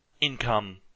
income